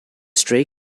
stray